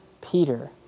Peter